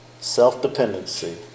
self-dependency